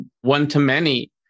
one-to-many